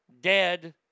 dead